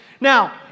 now